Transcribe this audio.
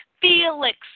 Felix